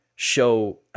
show